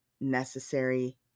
necessary